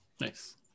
nice